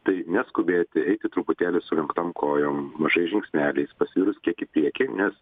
tai neskubėti eiti truputėlį sulenktom kojom mažais žingsneliais pasvirus kiek į priekį nes